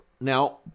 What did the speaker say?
Now